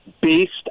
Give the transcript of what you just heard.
based